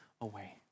away